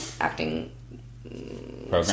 acting